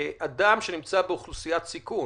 אדם שנמצא באוכלוסיית סיכון.